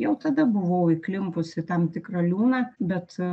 jau tada buvau įklimpus į tam tikrą liūną bet